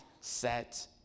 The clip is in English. set